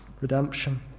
redemption